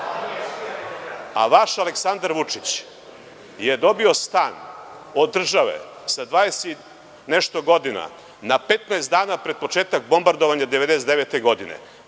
a vaš Aleksandar Vučić je dobio stan od države sa 20 i nešto godina na 15 dana pred početak bombardovanja 1999. godine,